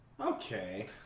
Okay